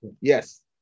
yes